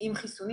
עם חיסונים.